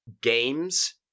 games